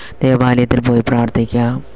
ദേവാലയത്തിൽ പോയി പ്രാർത്ഥിക്കാം